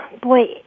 Boy